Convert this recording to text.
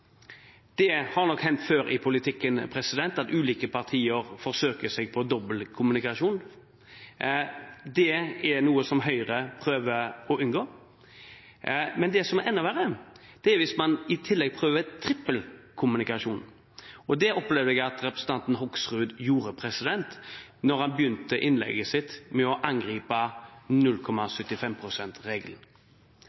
Det har nok hendt før i politikken at ulike partier forsøker seg på dobbeltkommunikasjon. Det er noe som Høyre prøver å unngå. Det som er enda verre, er hvis man i tillegg prøver seg på trippelkommunikasjon. Det opplever jeg at representanten Hoksrud gjorde da han begynte innlegget sitt med å angripe